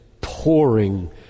pouring